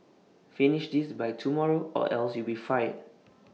finish this by tomorrow or else you'll be fired